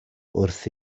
wrth